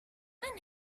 and